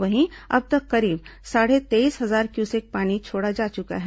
वहीं अब तक करीब साढ़े तेईस हजार क्यूसेक पानी छोड़ा जा चुका है